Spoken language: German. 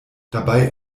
dabei